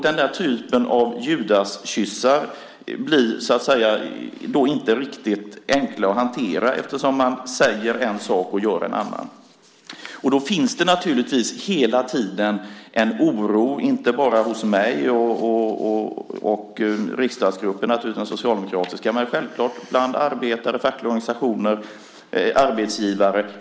Den typen av judaskyssar blir så att säga inte riktigt enkla att hantera eftersom man säger en sak och gör en annan. Då finns det naturligtvis hela tiden en oro, inte bara hos mig och den socialdemokratiska riksdagsgruppen utan självklart bland arbetare, fackliga organisationer och arbetsgivare.